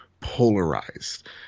polarized